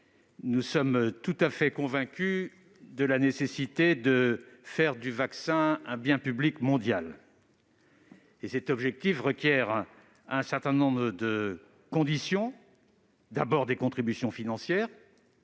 nous sommes tout à fait convaincus de la nécessité de faire du vaccin un bien public mondial. Cet objectif requiert un certain nombre de conditions : des contributions financières